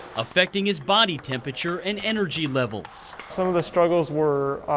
affecting his body temperature and energy levels. some of the struggles were,